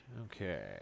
Okay